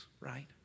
right